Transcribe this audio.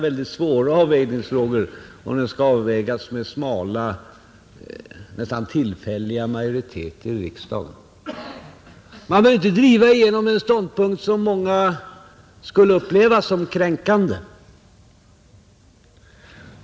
Särskilt otillfredsställande är det i en så svår avvägningsfråga som den här. Man bör inte driva igenom en ståndpunkt som många skulle uppleva som kränkande.